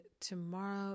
tomorrow